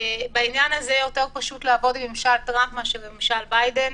בעניין הזה יותר פשוט לעבוד עם ממשל טראמפ מאשר עם ממשל ביידן,